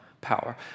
power